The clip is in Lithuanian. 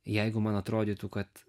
jeigu man atrodytų kad